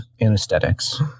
anesthetics